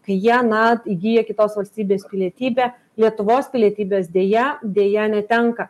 kai jie na įgyja kitos valstybės pilietybę lietuvos pilietybės deja deja netenka